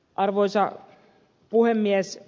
arvoisa puhemies